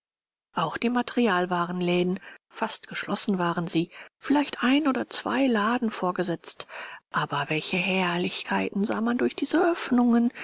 ach die materialwarenläden fast geschlossen waren sie vielleicht ein oder zwei laden vorgesetzt aber welche herrlichkeiten sah man durch diese oeffnungen